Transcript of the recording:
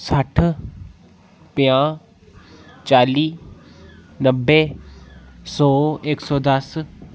सट्ठ पंजाह् चाली नब्बै सौ इक सौ दस